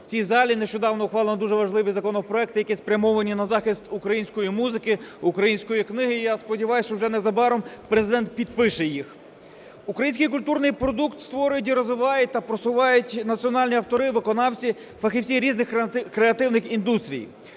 У цій залі нещодавно ухвалені дуже важливі законопроекти, які спрямовані на захист української музики, української книги. Я сподіваюся, що вже незабаром Президент підпише їх. Український культурний продукт створюють і розвивають та просувають національні автори, виконавці, фахівці різних креативних індустрій.